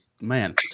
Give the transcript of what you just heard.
man